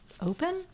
open